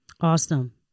Awesome